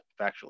factually